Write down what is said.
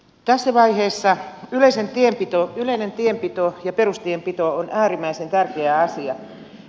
tässä vaiheessa yleinen tienpito ja perustienpito on äärimmäisen tärkeä asia